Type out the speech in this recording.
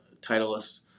Titleist